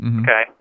okay